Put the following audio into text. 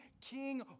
king